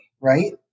right